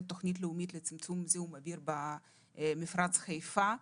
התוכנית הלאומית לצמצום זיהום האוויר במפרץ חיפה.